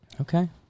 Okay